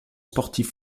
sportifs